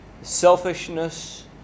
selfishness